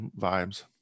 vibes